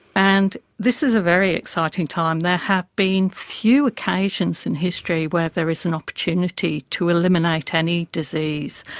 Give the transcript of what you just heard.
and this is a very exciting time. there have been few occasions in history where there is an opportunity to eliminate any disease.